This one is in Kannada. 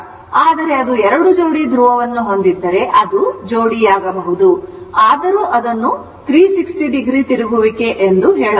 ಆದರೆ ಅದು 2 ಜೋಡಿ ಧ್ರುವವನ್ನು ಹೊಂದಿದ್ದರೆ ಅದು ಜೋಡಿಯಾಗಬಹುದು ಆದರೂ ಅದನ್ನು 360 ಡಿಗ್ರಿ ತಿರುಗುವಿಕೆ ಎಂದು ಹೇಳಬಹುದು